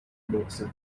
boxer